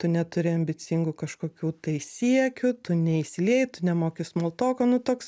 tu neturi ambicingų kažkokių tai siekių tu neįsilieji tu nemoki smoltoko nu toks